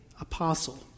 apostle